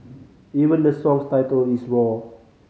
even the song's title is roar